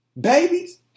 babies